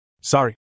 Sorry